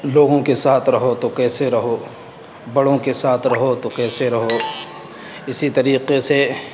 لوگوں کے ساتھ رہو تو کیسے رہو بڑوں کے ساتھ رہو تو کیسے رہو اسی طریقے سے